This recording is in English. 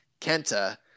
Kenta